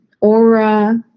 aura